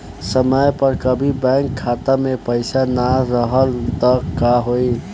समय पर कभी बैंक खाता मे पईसा ना रहल त का होई?